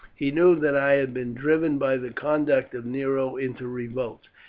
he knew that i had been driven by the conduct of nero into revolt,